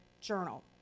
Journal